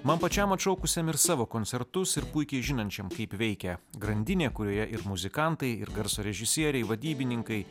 man pačiam atšaukusiam ir savo koncertus ir puikiai žinančiam kaip veikia grandinė kurioje ir muzikantai ir garso režisieriai vadybininkai